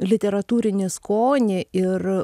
literatūrinį skonį ir